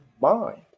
mind